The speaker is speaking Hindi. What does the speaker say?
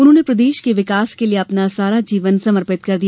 उन्होंने प्रदेश के विकास के लिये अपना सारा जीवन समर्पित कर दिया